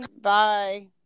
Bye